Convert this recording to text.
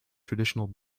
traditional